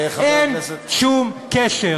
אין שום קשר.